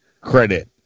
credit